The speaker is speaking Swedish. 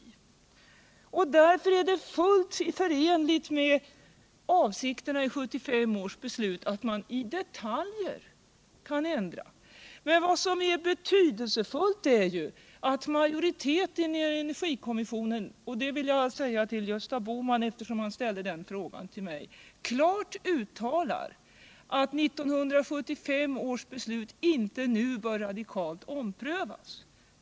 Därför är det fullt förenligt med avsikterna i 1975 års beslut att man kan ändra i detaljer. Men vad som är betydelsefullt är ju att majoriteten inom energikommissionen — det vill jag säga till Gösta Bohman, eftersom han ställde den frågan till mig — klart uttalar att 1975 års beslut inte nu bör radikalt omprövas.